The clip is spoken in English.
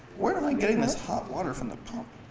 where am i getting this hot water from the pump?